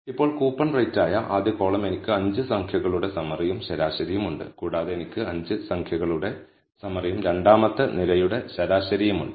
ഇപ്പോൾ കൂപ്പൺ റേറ്റായ ആദ്യ കോളം എനിക്ക് 5 സംഖ്യകളുടെ സമ്മറിയും ശരാശരിയും ഉണ്ട് കൂടാതെ എനിക്ക് 5 സംഖ്യകളുടെ സമ്മറിയും രണ്ടാമത്തെ നിരയുടെ ശരാശരിയും ഉണ്ട്